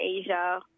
Asia